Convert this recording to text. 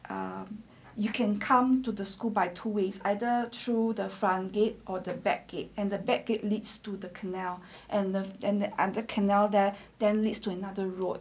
um you can come to the school by two ways either through the front gate or the back gate and the back it leads to the canal and the and the and ah canal there then leads to another road